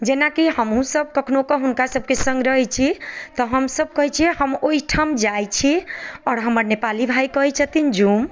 जेनाकि हमहुँ सब कखनो कऽ हुनका सबके सङ्ग रहै छी तऽ हम कहै छियै हम ओइठाम जाइ छी आओर हमर नेपाली भाई कहै छथिन जँ